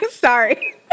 Sorry